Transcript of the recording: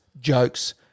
jokes